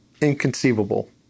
inconceivable